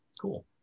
cool